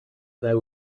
they